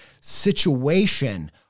situation